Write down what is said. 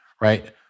right